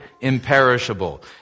imperishable